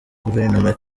guverinoma